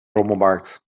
rommelmarkt